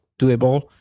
doable